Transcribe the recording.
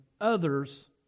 others